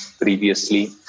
previously